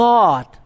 God